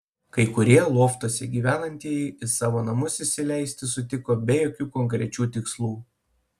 kai kurie loftuose gyvenantieji į savo namus įsileisti sutiko be jokių konkrečių tikslų